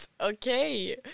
Okay